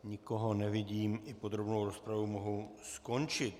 Nikoho nevidím, i podrobnou rozpravu mohu skončit.